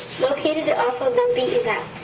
located off of the beaten path.